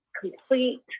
complete